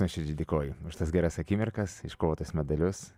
nuoširdžiai dėkoju už tas geras akimirkas iškovotus medalius